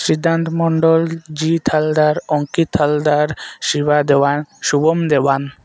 Siddhanta Mandal ji Thaldar Ankit Haldar Shiva Dewan Shubham Dewan